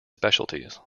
specialties